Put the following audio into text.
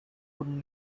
would